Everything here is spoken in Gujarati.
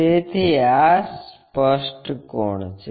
તેથી આ સ્પષ્ટ કોણ છે